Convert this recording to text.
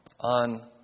on